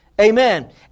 Amen